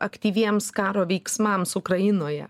aktyviems karo veiksmams ukrainoje